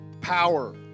power